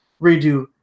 redo